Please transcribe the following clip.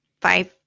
Five